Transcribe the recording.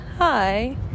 Hi